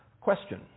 Question